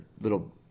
little